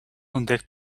ontdekt